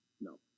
no